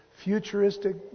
futuristic